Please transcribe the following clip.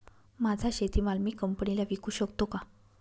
माझा शेतीमाल मी कंपनीला विकू शकतो का?